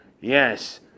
Yes